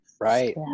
right